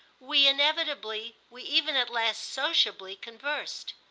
we inevitably, we even at last sociably conversed.